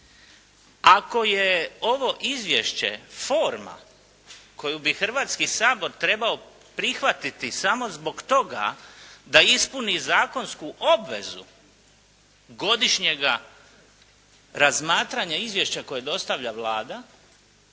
Ako je ovo izvješće forma koju bi Hrvatski sabor trebao prihvatiti samo zbog toga da ispuni zakonsku obvezu godišnjega razmatranja izvješća koje dostavlja Vlada,